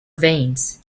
veins